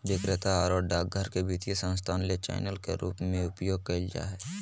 विक्रेता आरो डाकघर के वित्तीय संस्थान ले चैनल के रूप में उपयोग कइल जा हइ